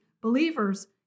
believers